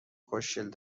خوشگل